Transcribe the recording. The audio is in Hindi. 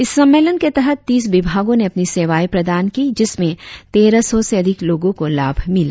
इस सम्मेलन के तहत तीस विभागों ने अपनी सेवाए प्रदान की जिसमें तेरह सौ से अधीक लोगों को लाभ मिला